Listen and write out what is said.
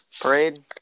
parade